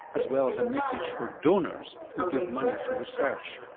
as well as a message for donors who give money for research.